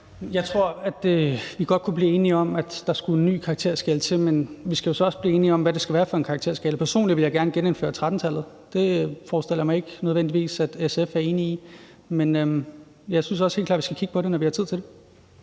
Jeg tror godt, vi kunne blive enige om, at der skal en ny karakterskala til, men vi skal jo så også blive enige om, hvad det skal være for en karakterskala. Personligt vil jeg gerne genindføre 13-skalaen, men det forestiller jeg mig ikke nødvendigvis at SF er enig i. Men jeg synes helt klart også, at vi skal kigge på det, når vi har tid til det.